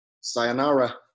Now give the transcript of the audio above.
Sayonara